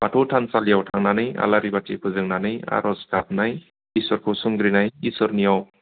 बाथौ थानसालियाव थांनानै आलारि बाथि फोजोंनानै आरज गाबनाय इसोरखौ सोंहरनाय इसोरनियाव